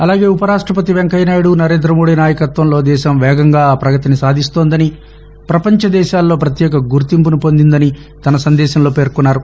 అలాగే ఉపరాష్టపతి వెంకయ్యనాయుడు నరేంద మోడీ నాయకత్వంలో దేశం వేగంగా పగతిని సాధిస్తోందని పపంచ దేశాల్లో ప్రత్యేక గుర్తింపును పొందిందని తన సందేశంలో పేర్కొన్నారు